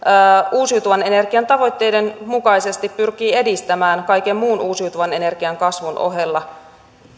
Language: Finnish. uusiutuvan energian tavoitteiden mukaisesti pyrkii edistämään kaiken muun uusiutuvan energian kasvun ohella